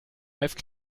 have